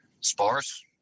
sparse